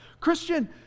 Christian